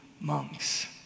monks